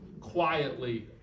quietly